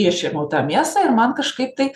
išėmiau tą mėsą ir man kažkaip tai